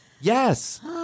yes